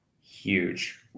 Huge